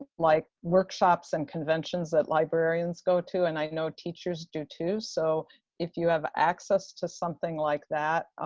like, workshops and conventions that librarians go to and i know teachers do too. so if you have access to something like that,